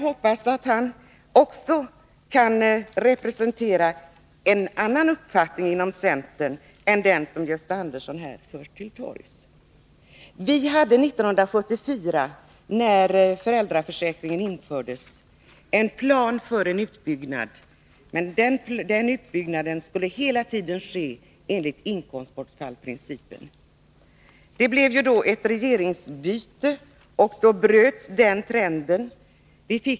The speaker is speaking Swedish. Han representerar tydligen en annan uppfattning inom centern än den som Gösta Andersson här har fört till torgs. Vi hade 1974, då föräldraförsäkringen infördes, en plan för en utbyggnad, men den utbyggnaden skulle hela tiden ske enligt inkomstbortfallsprincipen. Det blev ju ett regeringsbyte, och då bröts den trenden.